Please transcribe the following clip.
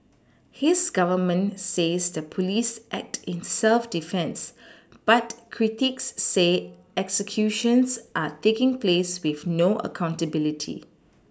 his Government says the police act in self defence but critics say executions are taking place with no accountability